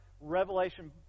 Revelation